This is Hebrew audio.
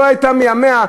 שלא הייתה מימיה,